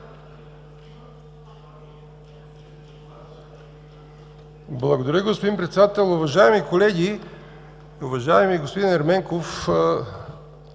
Благодаря, господин Председател. Уважаеми колеги, уважаеми господин Ерменков!